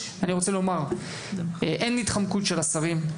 אני רוצה לומר שאין התחמקות של השרים.